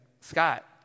Scott